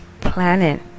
planet